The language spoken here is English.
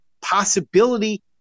possibility